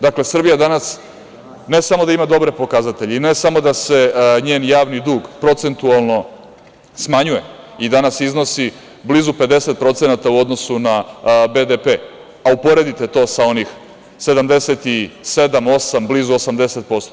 Dakle, Srbija danas ne samo da ima dobre pokazatelje i ne samo da se njen javni dug procentualno smanjuje i danas iznosi blizu 50% u odnosu na BDP, a uporedite to sa onih 77-78 blizu 80%